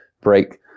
break